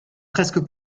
presque